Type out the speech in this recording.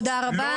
תודה רבה.